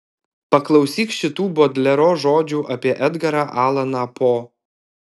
paklausyk šitų bodlero žodžių apie edgarą alaną po